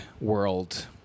world